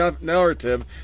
narrative